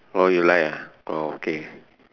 orh you like ah orh okay